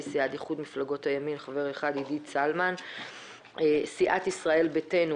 מסיעת איחוד מפלגות הימין חבר אחד - עידית סילמן מסיעת ישראל ביתנו